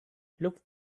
looking